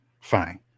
fine